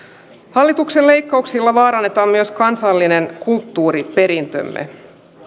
hallituksen leikkauksilla vaarannetaan myös kansallinen kulttuuriperintömme